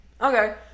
Okay